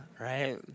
right